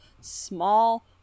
small